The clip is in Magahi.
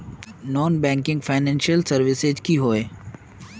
नॉन बैंकिंग फाइनेंशियल सर्विसेज की होय?